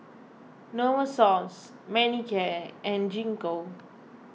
Novosource Manicare and Gingko